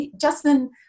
Justin